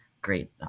great